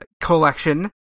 collection